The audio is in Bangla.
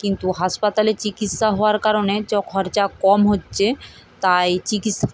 কিন্তু হাসপাতালে চিকিৎসা হওয়ার কারণে খরচা কম হচ্ছে তাই চিকিৎসা